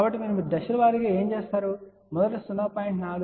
కాబట్టి మీరు దశల వారీ గా ఏమి చేస్తారు మొదట 0